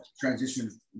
transition